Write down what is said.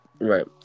Right